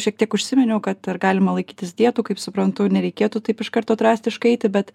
šiek tiek užsiminiau kad ar galima laikytis dietų kaip suprantu nereikėtų taip iš karto drastiškai eiti bet